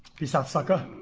he's not sucker